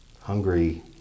hungry